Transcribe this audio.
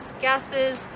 gases